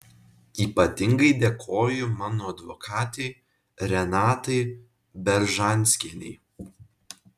ypatingai dėkoju mano advokatei renatai beržanskienei